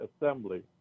Assembly